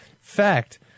fact